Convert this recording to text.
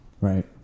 Right